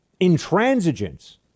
intransigence